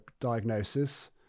diagnosis